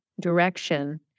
direction